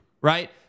right